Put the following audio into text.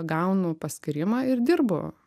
gaunu paskyrimą ir dirbu